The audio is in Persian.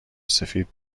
سفید